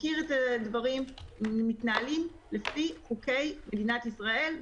מכיר את הדברים מתנהלים לפי חוקי מדינת ישראל,